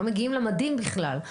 הם לא מגיעים למדים בכלל.